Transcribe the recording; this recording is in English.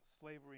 slavery